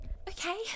Okay